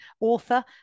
author